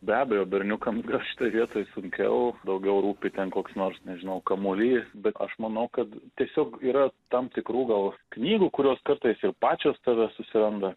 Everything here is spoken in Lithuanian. be abejo berniukams gal šitoj vietoj sunkiau daugiau rūpi ten koks nors nežinau kamuolys bet aš manau kad tiesiog yra tam tikrų gal knygų kurios kartais ir pačios tave susiranda